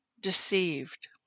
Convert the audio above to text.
deceived